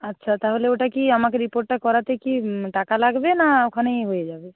আচ্ছা তাহলে ওটা কি আমাকে রিপোর্টটা করাতে কি টাকা লাগবে না ওখানেই হয়ে যাবে